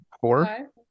four